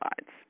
sides